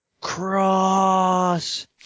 CROSS